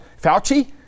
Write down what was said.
Fauci